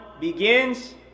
begins